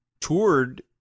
toured